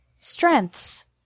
Strengths